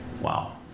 Wow